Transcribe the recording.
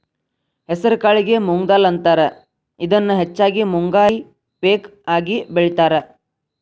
ಹೆಸರಕಾಳಿಗೆ ಮೊಂಗ್ ದಾಲ್ ಅಂತಾರ, ಇದನ್ನ ಹೆಚ್ಚಾಗಿ ಮುಂಗಾರಿ ಪೇಕ ಆಗಿ ಬೆಳೇತಾರ